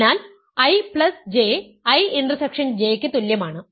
അതിനാൽ IJ I intersection J ക്ക് തുല്യമാണ്